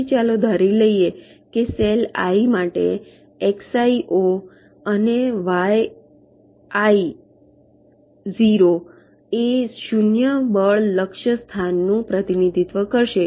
તેથી ચાલો ધારી લઈએ કે સેલ આઈ માટે એક્સઆઈ 0 અને વાયઆઈ 0 એ 0 બળ લક્ષ્ય સ્થાન નું પ્રતિનિધિત્વ કરશે